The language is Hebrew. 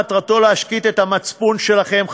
מטרתו להשקיט את המצפון שלכם,